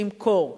שימכור,